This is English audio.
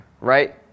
right